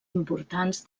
importants